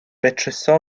betruso